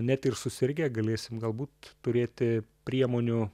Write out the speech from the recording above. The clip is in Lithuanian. net ir susirgę galėsim galbūt turėti priemonių